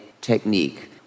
technique